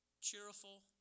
cheerful